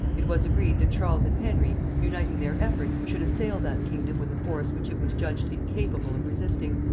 it was agreed that charles and henry, uniting their efforts, should assail that kingdom with a force which it was judged incapable of resisting,